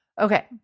Okay